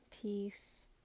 peace